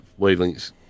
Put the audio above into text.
Wavelengths